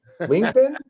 linkedin